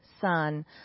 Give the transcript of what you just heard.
son